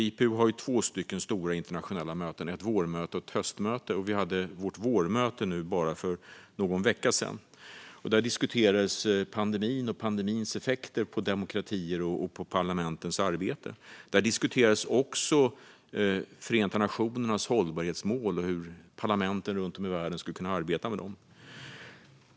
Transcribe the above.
IPU har två stora internationella möten årligen - ett vårmöte och ett höstmöte. Vi hade vårt vårmöte för bara någon vecka sedan. Där diskuterades pandemin och dess effekter på demokratier och på parlamentens arbete. Där diskuterades också Förenta nationernas hållbarhetsmål och hur parlamenten runt om i världen skulle kunna arbeta med dem.